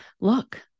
look